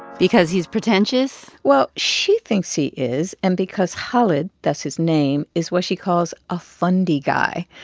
because he's pretentious? well, she thinks he is. and because khalid that's his name is what she calls a fundie guy,